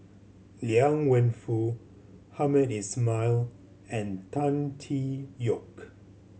Liang Wenfu Hamed Ismail and Tan Tee Yoke